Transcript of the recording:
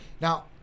Now